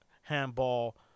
Handball